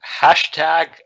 Hashtag